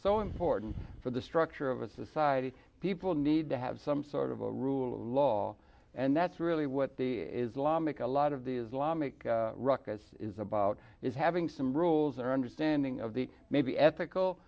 so important for the structure of a society people need to have some sort of a rule of law and that's really what the islamic alot of the islamic ruckus is about is having some rules or understanding of the maybe ethical